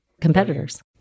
competitor's